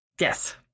Yes